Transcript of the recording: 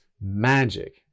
magic